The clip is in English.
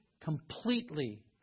completely